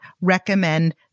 recommend